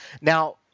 now